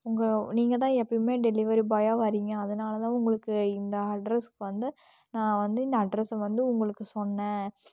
உங்கள் நீங்க தான் எப்போயுமே டெலிவரி பாயாக வரீங்க அதனால தான் உங்களுக்கு இந்த அட்ரஸ்க்கு வந்து நான் வந்து இந்த அட்ரஸை வந்து உங்களுக்கு சொன்னேன்